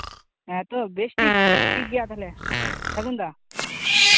ᱦᱮᱸ ᱛᱚ ᱵᱮᱥ ᱴᱷᱤᱠ ᱴᱷᱤᱠ ᱜᱮᱭᱟ ᱛᱟᱦᱞᱮ ᱥᱟᱹᱜᱩᱱ ᱫᱟ